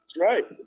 Right